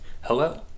Hello